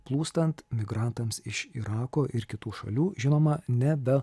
plūstant migrantams iš irako ir kitų šalių žinoma ne be